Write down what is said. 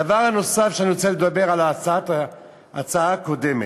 הדבר הנוסף שאני רוצה לדבר עליו, על ההצעה הקודמת.